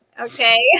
Okay